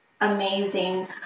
amazing